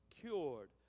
cured